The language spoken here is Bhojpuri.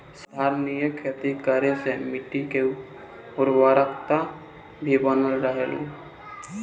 संधारनीय खेती करे से माटी के उर्वरकता भी बनल रहेला